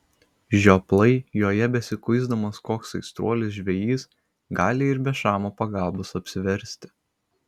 žioplai joje besikuisdamas koks aistruolis žvejys gali ir be šamo pagalbos apsiversti